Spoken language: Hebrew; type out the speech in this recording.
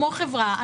כמו חברה,